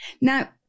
Now